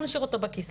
בוא נשאיר אותו בכיס,